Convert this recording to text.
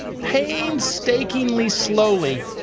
painstakingly slowly,